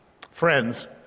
Friends